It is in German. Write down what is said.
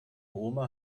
oma